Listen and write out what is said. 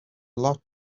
lot